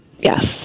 Yes